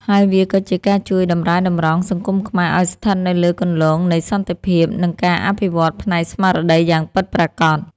ហើយវាក៏ជាការជួយតម្រែតម្រង់សង្គមខ្មែរឱ្យស្ថិតនៅលើគន្លងនៃសន្តិភាព និងការអភិវឌ្ឍផ្នែកស្មារតីយ៉ាងពិតប្រាកដ។